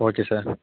okay sir